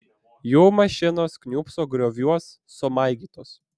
jų mašinos kniūbso grioviuos sumaigytos